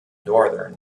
northern